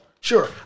Sure